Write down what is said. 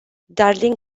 darling